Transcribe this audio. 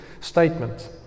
statement